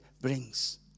brings